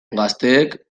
gazteek